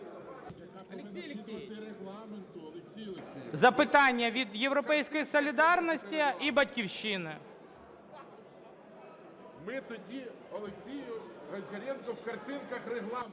Запитання від "Європейської солідарності" і "Батьківщини".